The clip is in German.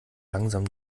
langsam